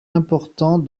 important